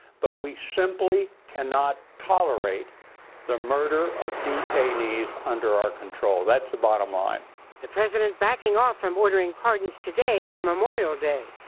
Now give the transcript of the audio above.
but we simply cannot tolerate the murder of detainees under our control. that's the bottom line. reporter the president backing off from ordering pardons today for memorial day.